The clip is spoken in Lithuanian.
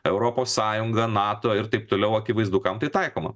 europos sąjunga nato ir taip toliau akivaizdu kam tai taikoma